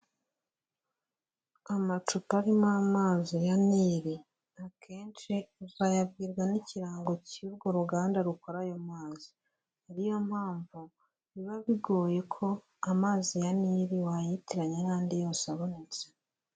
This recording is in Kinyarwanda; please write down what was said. Amacupa arimo amazi ya nili akenshi uzayabwirwa n'ikirango cy'urwo ruganda rukora ayo mazi. Ari yo mpamvu biba bigoye ko amazi ya nili wayitiranya n'andi yose abonetse.